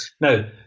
Now